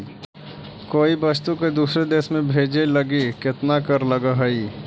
कोई वस्तु के दूसर देश में भेजे लगी केतना कर लगऽ हइ?